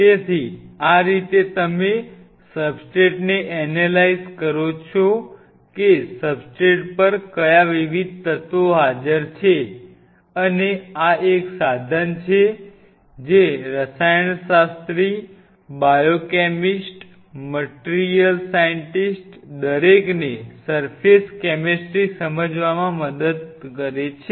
તેથી આ રીતે તમે સબસ્ટ્રેટને એનેલાઈઝ કરો છો કે સબસ્ટ્રેટ પર કયા વિવિધ તત્વો હાજર છે અને આ એક સાધન છે જે રસાયણશાસ્ત્રી બાયોકેમિસ્ટ મટીરીયલ સાઈન્ટિસ્ટ દરેકને સર્ફેસ કૅમેસ્ટ્રી સમજવામાં મદદ કરે છે